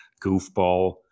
goofball